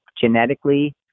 genetically